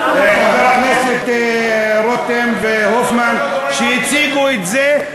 חברי הכנסת רותם והופמן הציגו את זה,